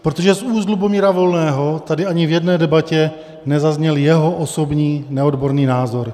Protože z úst Lubomíra Volného tady ani v jedné debatě nezazněl jeho osobní neodborný názor.